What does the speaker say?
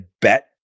bet